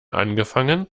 angefangen